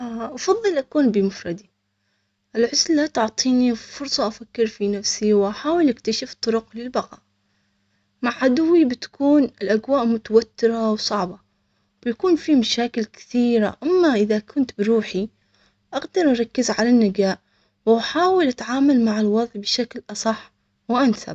.أفضل، أكون بمفردي، العزلة تعطيني فرصة، أفكر في نفسي، وأحاول أكتشف طرق للبقاء مع عدوي بتكون الأجواء متوترة وصعبة، بيكون في مشاكل كثيرة، أما إذا كنت بروحي أقدر أركز على النجاه واحافظ